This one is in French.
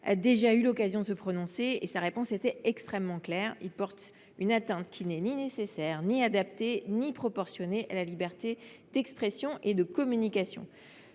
a déjà eu l’occasion de se prononcer en apportant une réponse extrêmement claire : ce délit porte une atteinte qui n’est ni nécessaire, ni adaptée, ni proportionnée à la liberté d’expression et de communication.